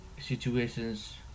situations